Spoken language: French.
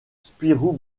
spirou